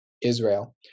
Israel